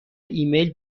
ایمیل